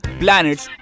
planets